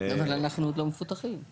אבל אנחנו עוד לא מפותחים.